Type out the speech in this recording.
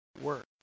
work